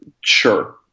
Sure